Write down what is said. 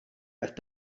qed